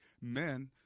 men